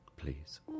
Please